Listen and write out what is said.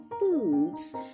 foods